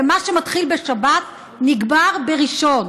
ומה שמתחיל בשבת נגמר בראשון.